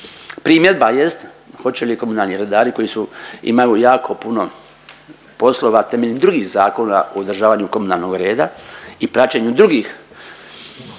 Primjedba jest hoće li komunalni redari koji su, imaju jako puno poslova temeljem drugih zakona o održavanju komunalnog reda i praćenju drugih